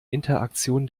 interaktion